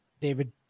David